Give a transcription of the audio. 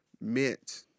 meant